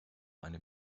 eine